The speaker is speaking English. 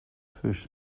fish